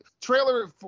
trailer